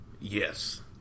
Yes